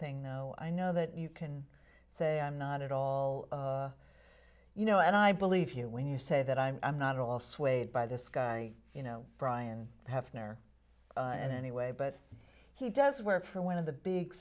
thing though i know that you can say i'm not at all you know and i believe you when you say that i'm not all swayed by this guy you know bryan hafner and anyway but he does work for one of the big